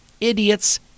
idiots